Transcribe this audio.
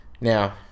now